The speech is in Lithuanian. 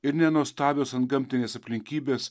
ir ne nuostabios antgamtinės aplinkybės